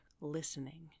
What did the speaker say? listening